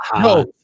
no